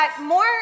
more